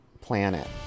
Planet